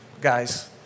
guys